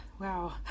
wow